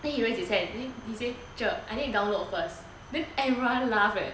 then he raise his hand then he say cher I need download first then everyone laugh eh